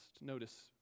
Notice